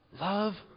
Love